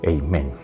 Amen